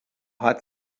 hat